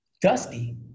dusty